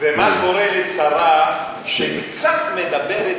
ומה קורה לשרה שקצת מדברת,